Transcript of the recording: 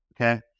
Okay